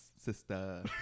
Sister